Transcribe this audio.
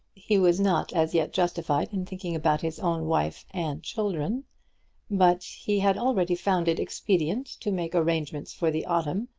he was not as yet justified in thinking about his own wife and children but he had already found it expedient to make arrangements for the autumn,